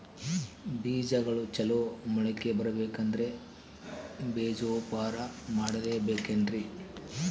ಬೇಜಗಳು ಚಲೋ ಮೊಳಕೆ ಬರಬೇಕಂದ್ರೆ ಬೇಜೋಪಚಾರ ಮಾಡಲೆಬೇಕೆನ್ರಿ?